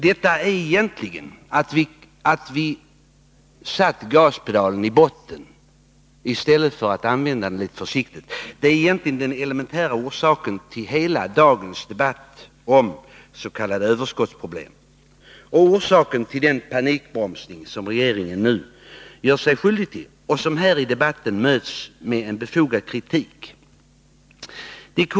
Att gaspedalen trampats i botten i stället för att användas med försiktighet är egentligen den elementära orsaken till dagens debatt om s.k. överskotts 155 problem. Det är också orsaken till den panikbromsning som regeringen gör sig skyldig till och som här i debatten mötts med begofad kritik.